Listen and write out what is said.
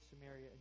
Samaria